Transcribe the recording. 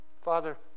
Father